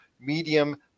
Medium